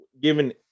Given